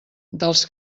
dels